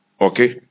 Okay